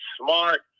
smart